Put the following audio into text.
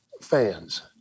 fans